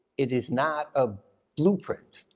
it is not a blueprint,